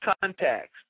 contacts